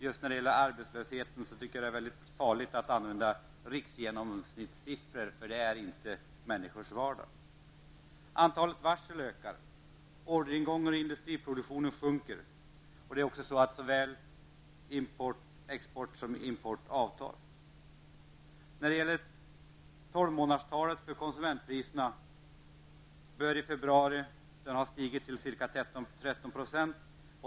Just när det gäller arbetslösheten är det farligt att använda riksgenomsnittssiffror, för de avspeglar inte människors vardag. Orderingången och industriproduktionen sjunker. Såväl export som import avtar. 12-månaderstalet när det gäller konsumentpriserna bör redan i februari ha stigit till ca 13 %.